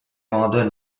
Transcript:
молодой